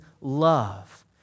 love